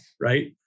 right